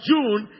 June